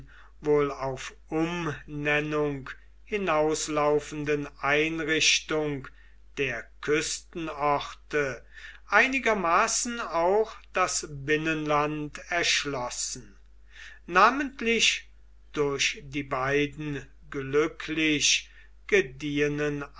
wohl auf umnennung hinauslaufenden einrichtung der küstenorte einigermaßen auch das binnenland erschlossen namentlich durch die beiden glücklich gediehenen